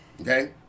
okay